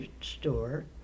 store